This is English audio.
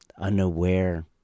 unaware